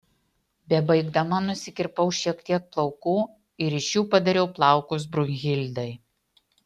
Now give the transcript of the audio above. bebaigdama nusikirpau šiek tiek plaukų ir iš jų padariau plaukus brunhildai